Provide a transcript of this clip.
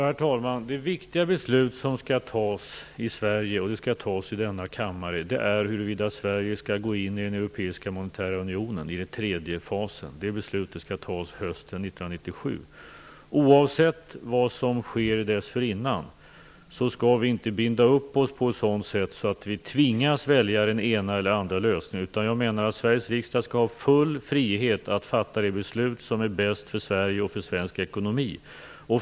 Herr talman! Det viktiga beslut som skall fattas i Sverige, i denna kammare, gäller huruvida Sverige skall gå in i den europeiska monetära unionen, den tredje fasen. Det beslutet skall fattas hösten 1997. Oavsett vad som sker dessförinnan, skall vi inte binda upp oss på ett sådant sätt att vi tvingas välja den ena eller andra lösningen. Jag menar att Sveriges riksdag skall full frihet att fatta det beslut som är bäst för Sverige och för svensk ekonomi.